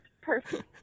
perfect